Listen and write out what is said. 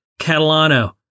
Catalano